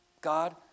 God